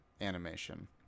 animation